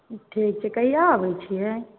ठीक छै कहिआ आबै छियै